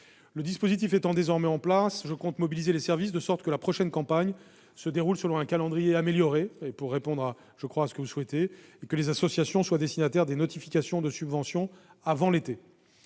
Le dispositif étant désormais en place, je compte mobiliser les services de sorte que la prochaine campagne se déroule selon un calendrier amélioré- cela répondra, je crois, à ce que vous souhaitez -et que les associations soient destinataires des notifications de subvention avant l'été.